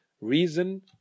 Reason